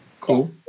cool